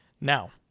Now